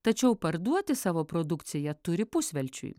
tačiau parduoti savo produkciją turi pusvelčiui